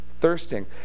thirsting